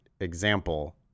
example